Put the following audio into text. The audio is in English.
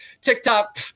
tiktok